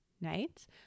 nights